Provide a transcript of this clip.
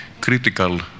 critical